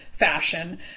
fashion